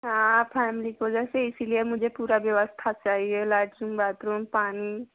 हाँ फएमली को जैसे इसीलिए मुझे पूरा व्यवस्था चाहिए लैट्रीन बाथरूम पानी